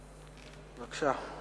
בבקשה.